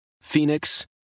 Phoenix